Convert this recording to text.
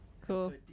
Cool